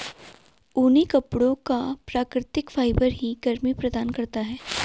ऊनी कपड़ों का प्राकृतिक फाइबर ही गर्मी प्रदान करता है